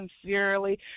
sincerely